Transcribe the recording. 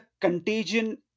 contagion